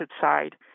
side